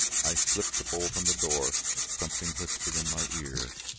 i slipped the bolt on the door something whispered in my ear